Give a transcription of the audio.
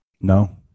No